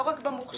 לא רק במוכש"ר,